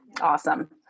awesome